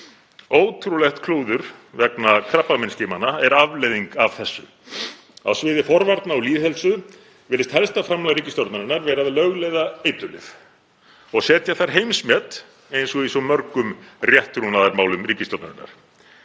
Ótrúlegt klúður vegna krabbameinsskimana er afleiðing af þessu. Á sviði forvarna og lýðheilsu virðist helsta framlag ríkisstjórnarinnar vera að lögleiða eiturlyf og setja þar heimsmet, eins og í svo mörgum rétttrúnaðarmálum ríkisstjórnarinnar.